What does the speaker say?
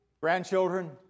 grandchildren